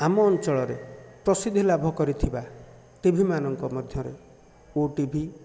ଆମ ଅଞ୍ଚଳରେ ପ୍ରସିଦ୍ଧି ଲାଭ କରିଥିବା ଟିଭିମାନଙ୍କ ମଧ୍ୟରେ ଓଟିଭି